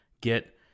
get